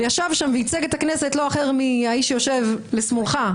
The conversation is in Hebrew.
וישב שם וייצג את הכנסת לא אחר מהאיש שיושב לשמאלך,